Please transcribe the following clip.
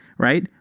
Right